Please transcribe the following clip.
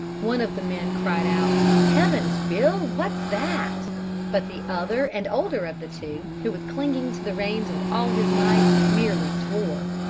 one of the men cried out, heavens, bill, what's that but the other and older of the two, who was clinging to the reins with all his might, merely swore.